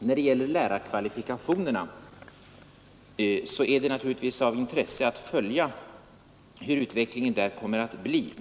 När det gäller lärarkvalifikationerna är det naturligtvis av intresse att följa den fortsatta utvecklingen.